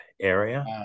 area